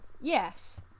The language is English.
yes